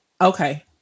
okay